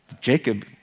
Jacob